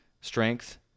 strength